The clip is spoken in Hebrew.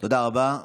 תודה רבה.